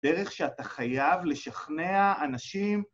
דרך שאתה חייב לשכנע אנשים...